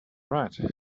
right